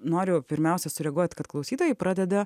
noriu pirmiausia sureaguot kad klausytojai pradeda